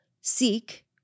seek